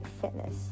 Fitness